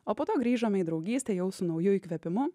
o po to grįžome į draugystę jau su nauju įkvėpimu